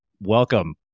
welcome